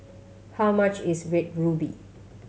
how much is Red Ruby